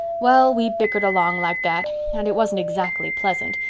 well, we bickered along like that and it wasn't exactly pleasant,